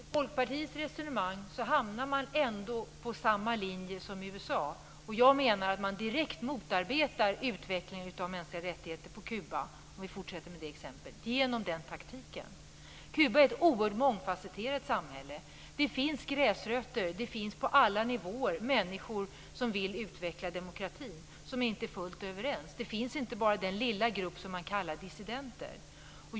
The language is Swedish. Herr talman! Med Folkpartiets resonemang hamnar man ändå på samma linje som USA, och jag menar att man med den taktiken direkt motarbetar utvecklingen av mänskliga rättigheter på Kuba, för att fortsätta med det exemplet. Kuba är ett oerhört mångfasetterat samhälle. Det finns gräsrötter och människor på alla andra nivåer som vill utveckla demokratin och som inte är fullt överens. De utgörs inte bara av den lilla grupp som man kallar dissidenter.